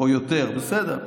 או יותר, בסדר.